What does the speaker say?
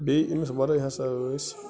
بیٚیہِ أمِس وَرٲے ہَسا ٲسۍ